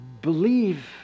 believe